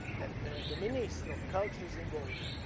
then the the minister of culture is involved.